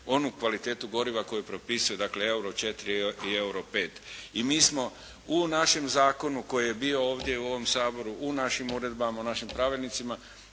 onu kvalitetu goriva koju propisuje dakle euro 4 i euro 5. I mi smo u našem zakonu koji je bio ovdje u ovom Saboru, u našim uredbama, u našim pravilnicima